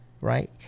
right